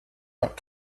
out